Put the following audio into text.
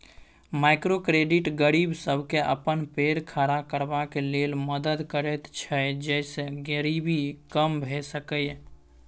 micro credit गरीब सबके अपन पैर खड़ा करबाक लेल मदद करैत छै जइसे गरीबी कम भेय सकेए